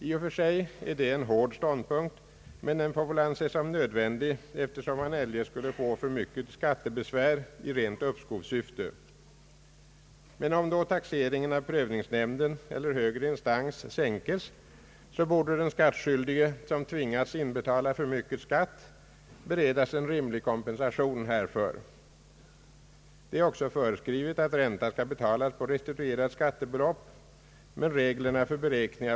I och för sig är det en hård ståndpunkt, men den får väl anses nödvändig, eftersom den skattskyldige eljest skulle få för mycket skattebesvär i rent uppskovssyfte. Om taxeringen sänkes-:av prövningsnämnden eller högre instans, borde den skattsskyldige, som tvingats inbetala för mycket skatt, beredas' en rimlig kompensation härför. Det är också föreskrivet att ränta skall betalas på restituerat skattebelopp, men reglerna för beräkning.